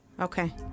okay